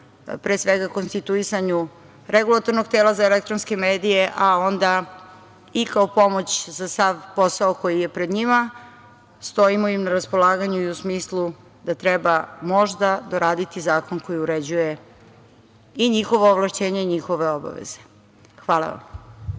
pre svega, konstituisanju Regulatornog tela za elektronske medije, a onda i kao pomoć za sav posao koji je pred njima. Stojimo im na raspolaganju i u smislu da treba možda doraditi zakon koji uređuje i njihovo ovlašćenje i njihove obaveze. Hvala vam.